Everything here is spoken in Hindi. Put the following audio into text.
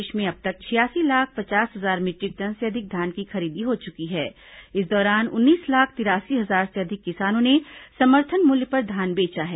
प्रदेश में अब तक छियासी लाख पचास हजार मीटरिक टन से अधिक धान की खरीदी हो चुकी हैं इस दौरान उन्नीस लाख तिरासी हजार से अधिक किसानों ने समर्थन मूल्य पर धान बेचा है